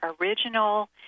original